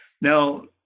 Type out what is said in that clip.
Now